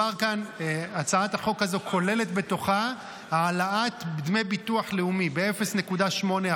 הצעת החוק הזו כוללת העלאת דמי ביטוח לאומי ב-0.8%.